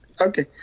Okay